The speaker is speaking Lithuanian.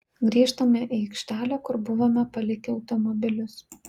grįžtame į aikštelę kur buvome palikę automobilius